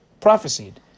prophesied